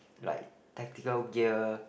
like tactical gear